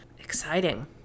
Exciting